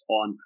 on